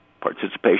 participation